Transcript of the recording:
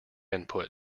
input